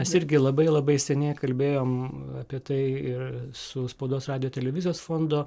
mes irgi labai labai seniai kalbėjom apie tai ir su spaudos radijo televizijos fondo